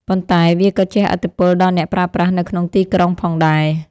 ប៉ុន្តែវាក៏ជះឥទ្ធិពលដល់អ្នកប្រើប្រាស់នៅក្នុងទីក្រុងផងដែរ។